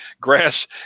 grass